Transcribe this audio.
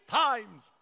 times